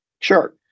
Sure